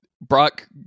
brock